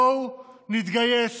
בואו נתגייס